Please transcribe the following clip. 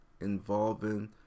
involving